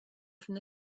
from